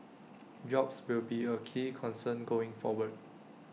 jobs will be A key concern going forward